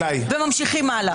ואתם לא נותנים לה לדבר.